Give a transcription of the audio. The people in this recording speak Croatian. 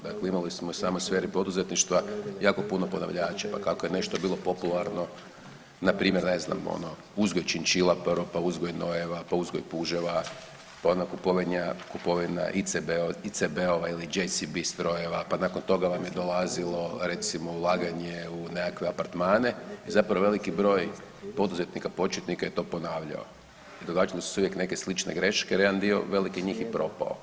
Dakle, imali samo u sferi poduzetništva jako puno ponavljača, pa kako je nešto bilo popularno npr. ne znam ono uzgoj činčila prvo, pa uzgoj nojeva, pa uzgoj puževa, pa onda kupovina ICB ili GSB strojeva, pa nakon toga vam je dolazilo recimo ulaganje u nekakve apartmane i zapravo veliki broj poduzetnika početnika je to ponavljao i događale su se uvijek neke slične greške jer jedan dio veliki njih i propao.